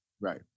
Right